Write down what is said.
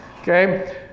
Okay